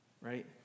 right